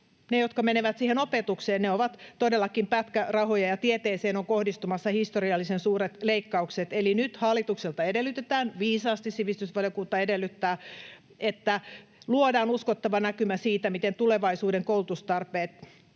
ne, jotka menevät siihen opetukseen — ovat todellakin pätkärahoja ja tieteeseen on kohdistumassa historiallisen suuret leikkaukset. Eli nyt hallitukselta edellytetään — viisaasti sivistysvaliokunta edellyttää — että luodaan uskottava näkymä siitä, miten tulevaisuuden koulutustarpeet